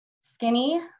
skinny